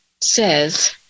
says